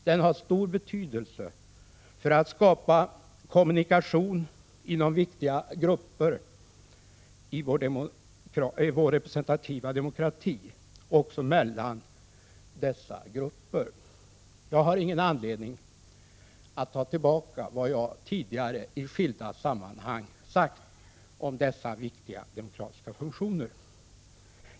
Den har stor betydelse för att skapa kommunikation inom viktiga grupper i vår representativa demokrati och även mellan dessa grupper. Jag har ingen anledning att ta tillbaka vad jag tidigare i skilda sammanhang sagt om dessa tidningars viktiga demokratiska funktioner.